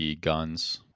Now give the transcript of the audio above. guns